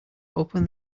open